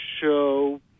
show